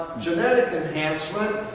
genetic enhancement.